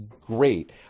great